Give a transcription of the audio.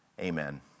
Amen